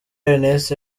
ernest